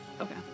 okay